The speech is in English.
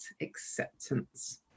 acceptance